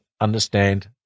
understand